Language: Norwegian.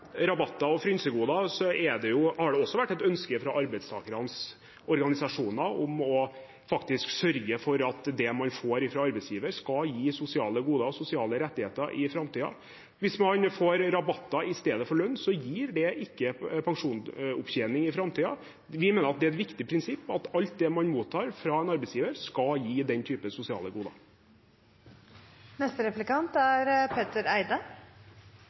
rabatter og frynsegoder, har det også vært et ønske fra arbeidstakernes organisasjoner faktisk å sørge for at det man får fra arbeidsgiver, skal gi sosiale goder og sosiale rettigheter i framtiden. Hvis man får rabatter i stedet for lønn, gir det ikke pensjonsopptjening i framtiden. Vi mener det er et viktig prinsipp at alt det man mottar fra en arbeidsgiver, skal gi den typen sosiale goder. Et minimumskrav til et budsjett er